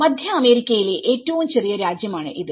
മധ്യ അമേരിക്കയിലെ ഏറ്റവും ചെറിയ രാജ്യം ആണ് ഇത്